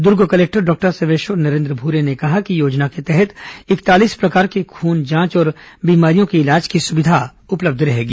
दुर्ग collector doctor Sarveshwar Narendra Bhure ने कहा कि योजना के तहत इकतालीस प्रकार के खून जांच और बीमारियों के इलाज की सुविधा रहेगी